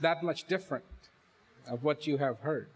that much different of what you have h